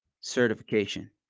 certification